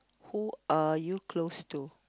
who are you close to